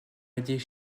aider